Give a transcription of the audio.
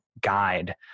guide